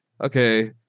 Okay